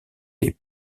des